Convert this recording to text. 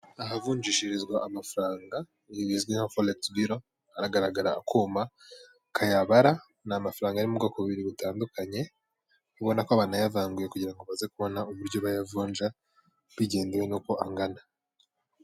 Ahavunjishirizwa amafaranga ibiro bizwi nka foresi biro haragaragara akuma kayabara n'amafaranga y'u bwoko bubiri butandukanye ubona ko banayavanguye kugira ngo baze kubona uburyo bayavunja bigendewe n'uko angana.